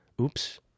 Oops